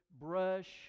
brush